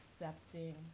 accepting